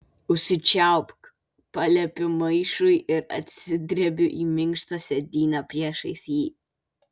užsičiaupk paliepiu maišui ir atsidrebiu į minkštą sėdynę priešais jį